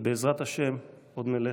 ובעזרת השם עוד נלך.